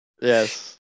Yes